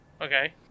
Okay